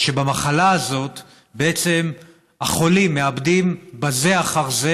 במחלה הזאת בעצם החולים מאבדים זה אחר זה